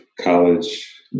college